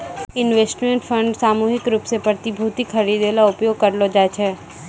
investment fund सामूहिक रूप सें प्रतिभूति खरिदै ल उपयोग करलो जाय छै